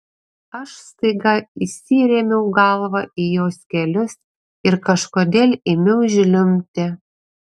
aš staiga įsirėmiau galva į jos kelius ir kažkodėl ėmiau žliumbti